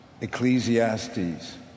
Ecclesiastes